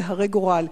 זה הרה גורל.